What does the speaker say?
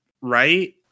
right